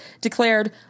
declared